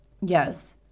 yes